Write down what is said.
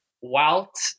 Walt